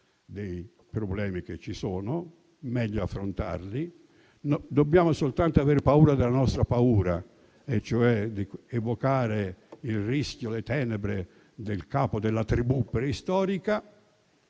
dei problemi che ci sono: meglio affrontarli. Dobbiamo soltanto avere paura della nostra paura, e cioè di evocare il rischio e le tenebre del capo della tribù preistorica.